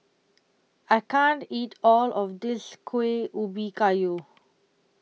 I can't eat All of This Kuih Ubi Kayu